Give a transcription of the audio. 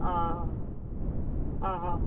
आं हां